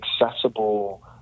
accessible